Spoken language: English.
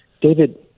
David